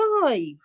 five